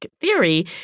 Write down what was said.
theory